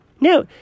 No